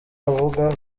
akavuga